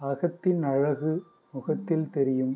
அகத்தின் அழகு முகத்தில் தெரியும்